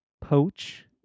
poach